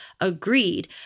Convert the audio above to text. Agreed